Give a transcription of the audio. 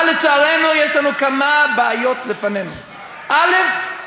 אבל, לצערנו, יש לנו כמה בעיות לפנינו, א.